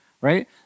right